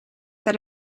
that